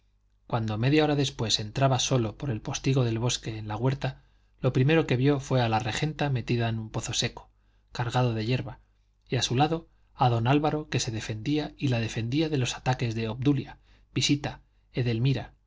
cuando media hora después entraba solo por el postigo del bosque en la huerta lo primero que vio fue a la regenta metida en el pozo seco cargado de yerba y a su lado a don álvaro que se defendía y la defendía de los ataques de obdulia visita edelmira